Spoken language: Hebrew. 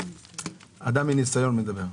אני מדבר מניסיון.